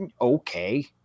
Okay